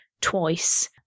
twice